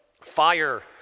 fire